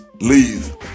Leave